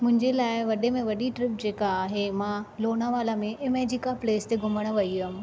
मुंहिंजे लाइ वॾे में वॾी ट्रिप जेका आहे मां लोनावला में इमेजिका प्लेस ते घुमण वई हुयमि